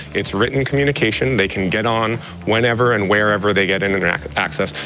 it's written communication. they can get on whenever and wherever they get internet access.